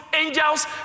angels